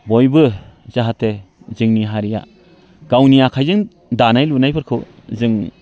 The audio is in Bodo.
बयबो जाहाथे जोंनि हारिया गावनि आखाइजों दानाय लुनायफोरखौ जों